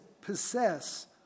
possess